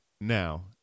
Now